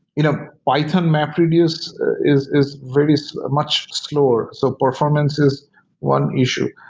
you know python mapreduce is is very so much slower. so performance is one issue.